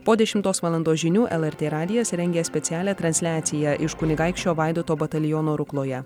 po dešimtos valandos žinių lrt radijas rengia specialią transliaciją iš kunigaikščio vaidoto bataliono rukloje